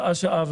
שעה שעה.